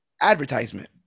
advertisement